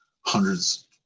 hundreds